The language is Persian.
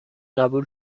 قبول